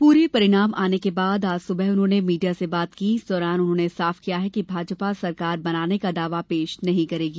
पूरे परिणाम आने के बाद आज सुबह उन्होंने मीडिया से बात की इस दौरान उन्होंने साफ किया कि भाजपा सरकार बनाने का दाव पेश नहीं करेगी